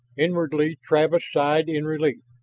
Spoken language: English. inwardly travis sighed in relief.